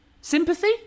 Sympathy